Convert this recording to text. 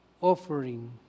offering